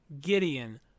Gideon